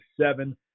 seven